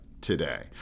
today